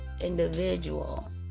individual